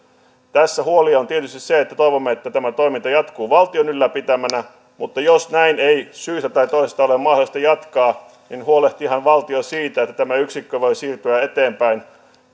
tässä huoli on tietysti se että toivomme että tämä toiminta jatkuu valtion ylläpitämänä mutta jos näin ei syystä tai toisesta ole mahdollista jatkaa niin huolehtiihan valtio siitä että tämä yksikkö voi siirtyä eteenpäin